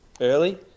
early